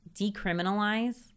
decriminalize